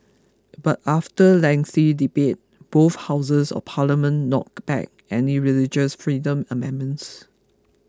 but after lengthy debate both houses of parliament knocked back any religious freedom amendments